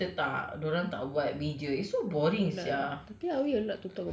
dah banyak benda kita tak dia orang tak buat major it's so boring sia